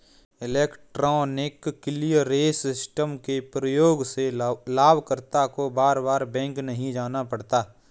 electronic clearance system के प्रयोग से लाभकर्ता को बार बार बैंक नहीं जाना पड़ता है